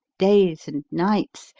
days and nights,